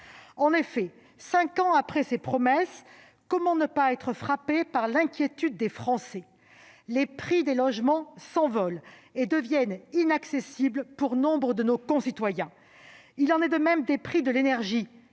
En effet, cinq ans après ces promesses, comment ne pas être frappé par l'inquiétude des Français ? Les prix des logements s'envolent, au point de devenir inaccessibles pour nombre de nos concitoyens. Il en est de même des prix de l'énergie,